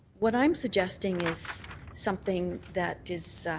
what i'm suggesting is something that